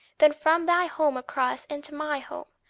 than from thy home across into my home,